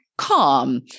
calm